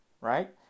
right